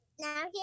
now